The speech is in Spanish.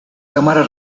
cámara